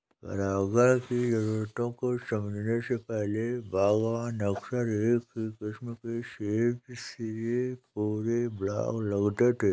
परागण की जरूरतों को समझने से पहले, बागवान अक्सर एक ही किस्म के सेब के पूरे ब्लॉक लगाते थे